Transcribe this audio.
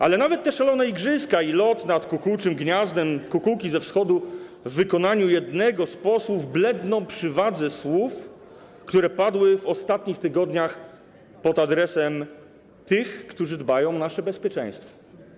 Ale nawet te szalone igrzyska i lot nad kukułczym gniazdem kukułki ze Wschodu w wykonaniu jednego z posłów bledną przy wadze słów, które w ostatnich tygodniach padły pod adresem tych, którzy dbają o nasze bezpieczeństwo.